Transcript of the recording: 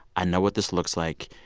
i know what this looks like.